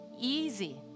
easy